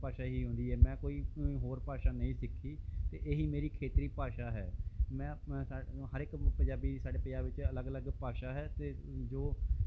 ਭਾਸ਼ਾ ਹੀ ਆਉਂਦੀ ਹੈ ਹੋਰ ਕੋਈ ਭਾਸ਼ਾ ਨਹੀਂ ਸਿੱਖੀ ਅਤੇ ਇਹ ਹੀ ਮੇਰੀ ਖੇਤਰੀ ਭਾਸ਼ਾ ਹੈ ਮੈਂ ਹਰੇਕ ਪੰਜਾਬੀ ਸਾਡੇ ਪੰਜਾਬ ਵਿੱਚ ਅਲੱਗ ਅਲੱਗ ਭਾਸ਼ਾ ਹੈ ਅਤੇ ਜੋ